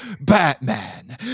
Batman